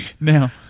Now